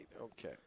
Okay